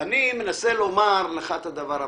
אני מנסה לומר לך את הדבר הבא,